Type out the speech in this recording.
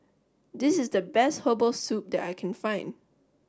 this is the best Herbal Soup that I can find